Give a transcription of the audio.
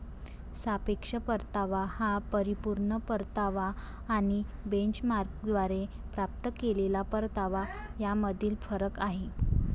सापेक्ष परतावा हा परिपूर्ण परतावा आणि बेंचमार्कद्वारे प्राप्त केलेला परतावा यामधील फरक आहे